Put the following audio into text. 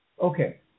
Okay